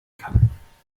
kann